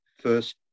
first